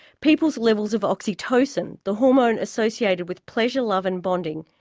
people's levels of oxytocin, the hormone associated with pleasure, love and bonding,